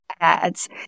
ads